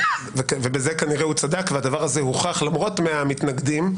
ובזה כנראה הוא צדק והדבר הזה הוכח למרות מאה המתנגדים,